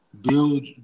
build